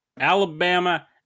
Alabama